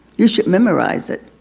you should memorize it.